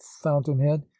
fountain-head